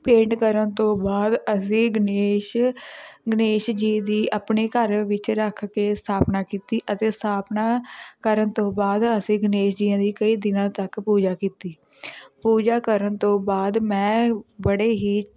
ਪੇਟ ਕਰਨ ਤੋਂ ਬਾਅਦ ਅਸੀਂ ਗਣੇਸ਼ ਗਣੇਸ਼ ਜੀ ਦੀ ਆਪਣੇ ਘਰ ਵਿੱਚ ਰੱਖ ਕੇ ਸਥਾਪਨਾ ਕੀਤੀ ਅਤੇ ਸਥਾਪਨਾ ਕਰਨ ਤੋਂ ਬਾਅਦ ਅਸੀਂ ਗਣੇਸ਼ ਜੀਆਂ ਦੀ ਕਈ ਦਿਨਾਂ ਤੱਕ ਪੂਜਾ ਕੀਤੀ ਪੂਜਾ ਕਰਨ ਤੋਂ ਬਾਅਦ ਮੈਂ ਬੜੇ ਹੀ